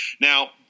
Now